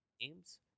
games